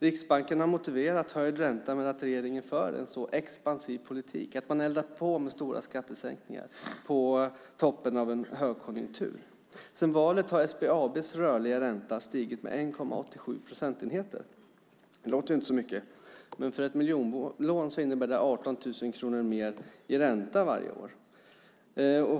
Riksbanken har motiverat höjd ränta med att regeringen för en så expansiv politik och eldar på med stora skattesänkningar på toppen av en högkonjunktur. Sedan valet har SBAB:s rörliga ränta stigit med 1,87 procentenheter. Det låter inte så mycket, men för ett miljonlån innebär det 18 000 kronor mer i ränta varje år.